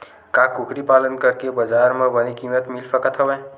का कुकरी पालन करके बजार म बने किमत मिल सकत हवय?